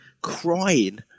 crying